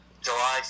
July